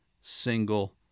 single